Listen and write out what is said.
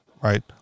right